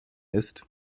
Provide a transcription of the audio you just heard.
ist